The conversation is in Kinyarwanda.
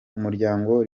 umuryango